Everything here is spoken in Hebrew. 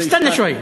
סטָנָה שוואיה.